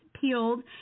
peeled